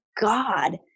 God